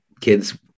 kids